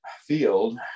field